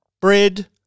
bread